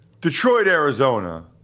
Detroit-Arizona